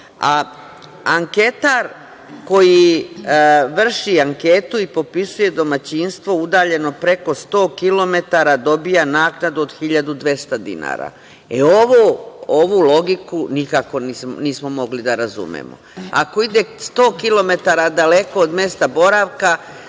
Anketar koji vrši anketu i popisuje domaćinstvo udaljeno preko 100 km dobija naknadu od 1.200 dinara. Ovu logiku nikako nismo mogli da razumemo. Ako ide 100 km daleko od mesta boravka,